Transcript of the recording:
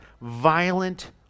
violent